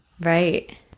Right